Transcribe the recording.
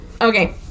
Okay